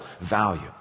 value